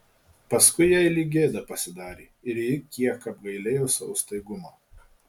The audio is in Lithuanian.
paskui jai lyg gėda pasidarė ir ji kiek apgailėjo savo staigumą